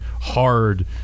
hard